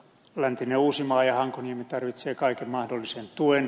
läntinen uusimaa ja hankoniemi tarvitsevat kaiken mahdollisen tuen